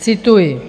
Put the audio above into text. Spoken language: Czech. Cituji: